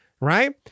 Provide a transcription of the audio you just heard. right